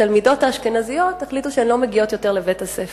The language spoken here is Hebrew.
התלמידות האשכנזיות החליטו שהן לא מגיעות יותר לבית-הספר.